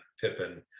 Pippin